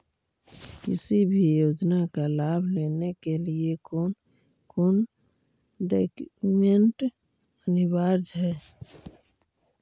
किसी भी योजना का लाभ लेने के लिए कोन कोन डॉक्यूमेंट अनिवार्य है?